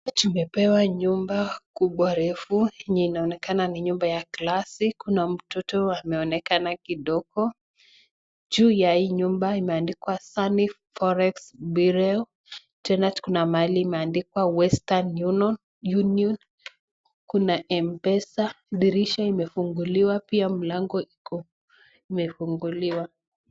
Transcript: Tumepewa nyumba kubwa refu yenye inaonekana ni nyumba glasi, kuna mtoto ameonekana kidogo, juu ya hii nyumba imeandikwa Sunny Forex Bureau tena kuna mahali imeandikwa[cs ]Western Union ,kuna Mpesa, dirisha imefunguliwa pia mlango iko imefunguliwa.